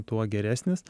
tuo geresnis